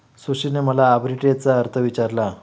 सुशीलने मला आर्बिट्रेजचा अर्थ विचारला